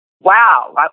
Wow